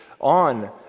on